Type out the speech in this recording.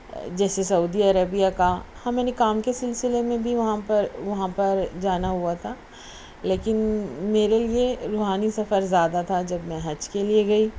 جیسے Saudi Arabia کا ہاں میں نے کام کے سلسلے میں بھی وہاں پر وہاں پر جانا ہوا تھا لیکن میرے لیے روحانی سفر زیادہ تھا جب میں حج کے لیے گئی